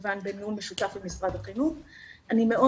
בני הנוער שם משתפים ומספרים ומציפים דברים שאנחנו